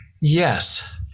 Yes